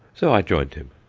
so i joined him.